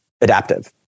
adaptive